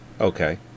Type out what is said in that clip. Okay